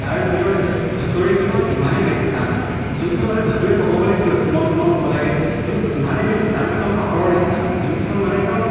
তাৰ ভিতৰত হৈছে ভতোৰেকেইখন ইমানেই বেছি টান যোনকেইখন মানে ভতোৰে ক'ব গ'লে কি হয় কোমল কোমল হ'ব লাগে কিন্তু ইমানেই বেছি টান একদম পাপৰৰ নিচিনা যোনকেইখন মানে একদম